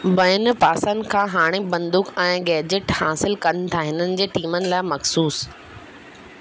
ॿियनि पासनि खां हाणे बंदूक ऐं गैजेट हासिलु कनि था इन्हनि जे टीम लाइ मख़सूसु